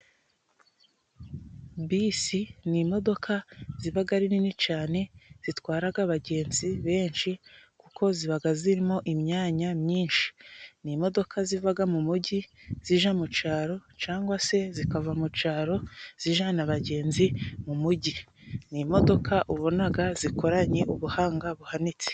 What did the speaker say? Bisi ni imodoka zibaga ari nini cane zitwaraga abagenzi benshi kuko zibaga zirimo imyanya myinshi. Ni imodoka zivaga mu mujyi zija mu caro cangwa se zikava mu caro zijana abagenzi mu mujyi. Ni imodoka ubonaga zikoranye ubuhanga buhanitse.